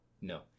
No